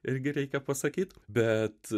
irgi reikia pasakyt bet